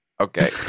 Okay